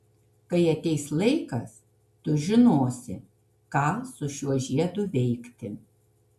kai ateis laikas tu žinosi ką su šiuo žiedu veikti